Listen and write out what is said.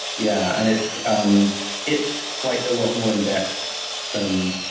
yeah. and it's um it's quite a lot more in-depth than